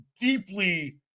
deeply